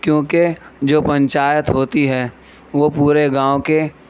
کیوں کہ جو پنجایت ہوتی ہے وہ پورے گاؤں کے